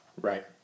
Right